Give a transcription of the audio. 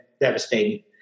devastating